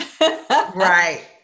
right